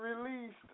released